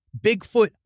Bigfoot